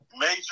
major